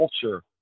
culture